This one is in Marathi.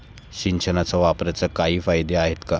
सिंचनाच्या वापराचे काही फायदे आहेत का?